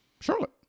Charlotte